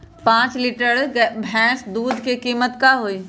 पाँच लीटर भेस दूध के कीमत का होई?